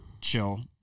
chill